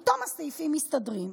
פתאום הסעיפים מסתדרים.